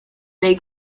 they